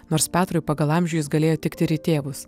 nors petrui pagal amžių jis galėjo tikti ir į tėvus